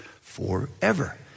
forever